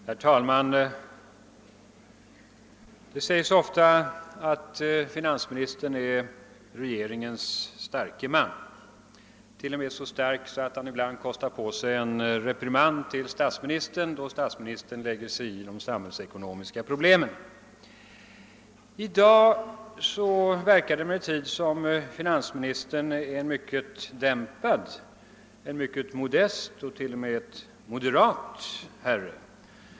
Herr talman! Det sägs ofta att finansministern är regeringens starke man, t.o.m. så stark att han ibland kostar på sig en reprimand till statsministern då statsministern lägger sig i de samhällsekonomiska problemen. I dag verkar det emellertid som om finansministern är mycket dämpad, en mycket modest och t.o.m. moderat herre.